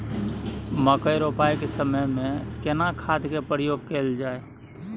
मकई रोपाई के समय में केना खाद के प्रयोग कैल जाय?